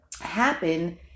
happen